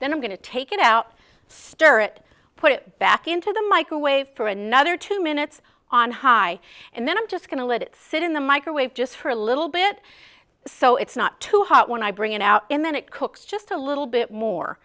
then i'm going to take it out stir it put it back into the microwave for another two minutes on high and then i'm just going to let it sit in the microwave just for a little bit so it's not too hot when i bring it out and then it cooks just a little bit more